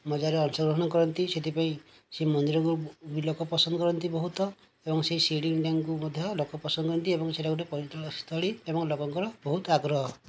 ମଜାର ଅଂଶ ଗ୍ରହଣ କରନ୍ତି ସେଇଥିପାଇଁ ସେହି ମନ୍ଦିରକୁ ଭି ଲୋକ ପସନ୍ଦ କରନ୍ତି ବହୁତ ଏବଂ ସେଇ ସେଇ ସିଡିଂ ଲୋକ ପସନ୍ଦ କରନ୍ତି ଏବଂ ସେଇଟା ଗୋଟେ ପର୍ଯ୍ୟଟନସ୍ଥଳୀ ଏବଂ ଲୋକଙ୍କର ବହୁତ ଆଗ୍ରହ